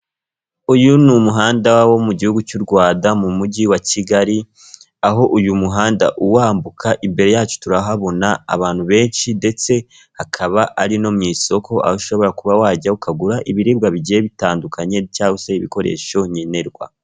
Uyu ni umuhanda wo mu gihugu cy'u Rwanda, mu mujyi wa Kigali, aho uyu muhanda uwambuka imbere yacu turahabona abantu benshi ndetse akaba ari no mu isoko, ushobora kuba wajyayo ukagura ibiribwa bigiye bitandukanye cyangwa se ibikoresho nkenerwa.